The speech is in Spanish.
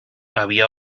había